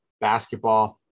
Basketball